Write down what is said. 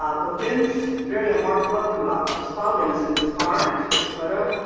ah but vims' very own mark luckenbach was following us in this car and i took this photo.